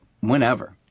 whenever